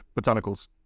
botanicals